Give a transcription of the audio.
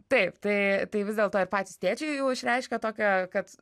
taip tai tai vis dėlto ir patys tėčiai jau išreiškė tokią kad